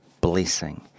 blessing